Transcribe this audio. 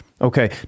Okay